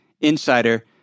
INSIDER